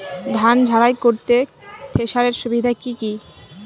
ধান ঝারাই করতে থেসারের সুবিধা কি কি?